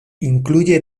incluye